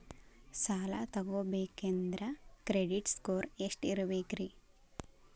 ಸಾಲ ತಗೋಬೇಕಂದ್ರ credit score ಎಷ್ಟ ಇರಬೇಕ್ರಿ?